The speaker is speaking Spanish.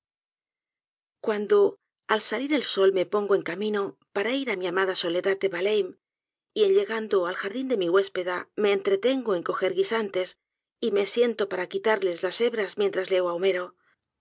cuando al salir el sol me pongo en camino para ir á mi amada soledad de yalheim y en llegando al jardín de mi huéspeda me entretengo en coger guisantes y me siento para quitarles las hebras mientras leo